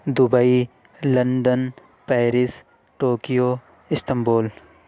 Dubai London Paris Tokyo Istanbul